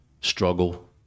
struggle